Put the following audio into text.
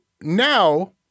now